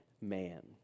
man